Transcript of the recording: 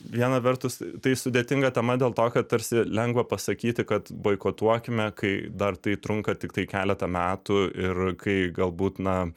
viena vertus tai sudėtinga tema dėl to kad tarsi lengva pasakyti kad boikotuokime kai dar tai trunka tiktai keletą metų ir kai galbūt na